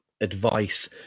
advice